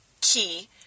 Key